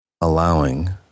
allowing